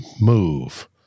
move